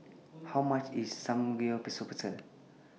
How much IS Samgeyopsal